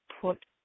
put